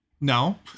No